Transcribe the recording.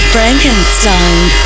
Frankenstein